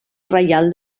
reial